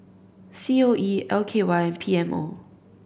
C O E L K Y P M O